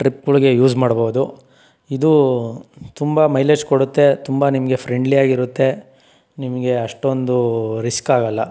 ಟ್ರಿಪ್ಗಳ್ಗೆ use ಮಾಡ್ಬೌದು ಇದು ತುಂಬ ಮೈಲೇಜ್ ಕೊಡುತ್ತೆ ತುಂಬ ನಿಮಗೆ ಫ್ರೆಂಡ್ಲಿ ಆಗಿರುತ್ತೆ ನಿಮಗೆ ಅಷ್ಟೊಂದು ರಿಸ್ಕ್ ಆಗೋಲ್ಲ